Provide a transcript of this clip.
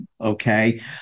okay